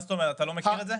אתה לא מכיר את הסיוע שציינתי?